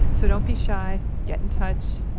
so, don't be shy. get in touch.